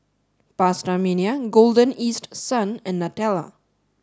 PastaMania Golden East Sun and Nutella